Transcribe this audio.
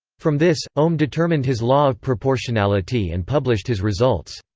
from this, ohm determined his law of proportionality and published his results.